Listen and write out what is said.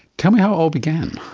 tell me how it all began.